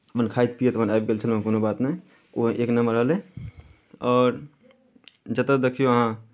मने खाइत पियैत अपन आबि गेल छलहुँ कोनो बात नहि ओहो एक नंबर रहलै आओर जतय देखियौ अहाँ